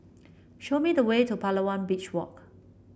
show me the way to Palawan Beach Walk